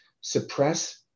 suppress